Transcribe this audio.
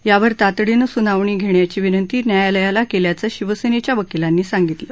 यावर तातडीनं सुनावणी घेण्याची विनंती न्यायालयाला केल्याचं शिवसेनेच्या वकिलांनी सांगितलं